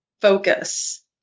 Focus